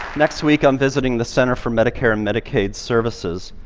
next week i'm visiting the center for medicare and medicaid services,